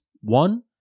one